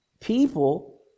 People